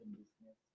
business